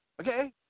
Okay